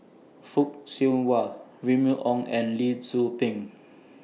Fock Siew Wah Remy Ong and Lee Tzu Pheng